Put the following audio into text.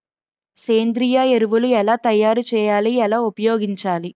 సేంద్రీయ ఎరువులు ఎలా తయారు చేయాలి? ఎలా ఉపయోగించాలీ?